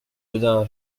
gaudin